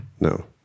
No